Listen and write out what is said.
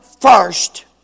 first